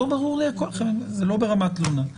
זה לא ברמת תלונה.